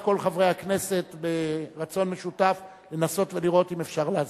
כל חברי הכנסת ברצון משותף לנסות ולראות אם אפשר לעזור.